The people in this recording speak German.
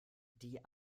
die